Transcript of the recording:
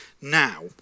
now